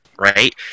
Right